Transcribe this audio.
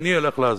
שאני אלך לעזאזל,